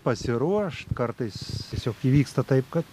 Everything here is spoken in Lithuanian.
pasiruošt kartais tiesiog įvyksta taip kad